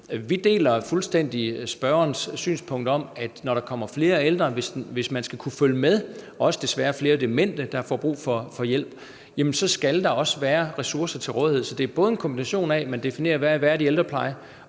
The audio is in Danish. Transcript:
Vi deler fuldstændig spørgerens synspunkt om, at hvis man skal kunne følge med, når der kommer flere ældre og desværre også flere demente, der får brug for hjælp, så skal der også være ressourcer til rådighed. Så det er en kombination af på den ene side at definere,